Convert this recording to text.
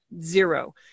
zero